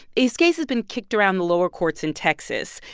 his case has been kicked around the lower courts in texas.